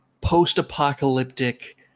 post-apocalyptic